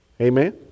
Amen